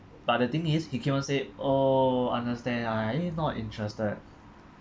but the thing is he keep on saying oh understand ah eh not interested